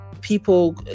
people